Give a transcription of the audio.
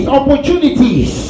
opportunities